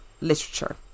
literature